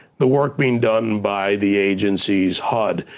the work being done by the agencies, hud,